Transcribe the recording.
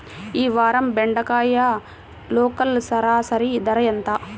ఈ వారం బెండకాయ లోకల్ సరాసరి ధర ఎంత?